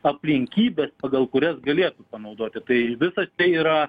aplinkybes pagal kurias galėtų panaudoti tai visa tai yra